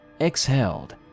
exhaled